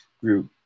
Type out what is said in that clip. group